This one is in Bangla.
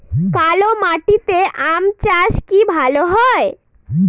কালো মাটিতে আম চাষ কি ভালো হয়?